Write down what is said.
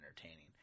entertaining –